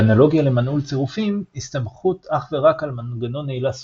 באנלוגיה למנעול צירופים הסתמכות אך ורק על מנגנון נעילה סודי,